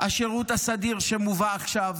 השירות הסדיר שמובא עכשיו?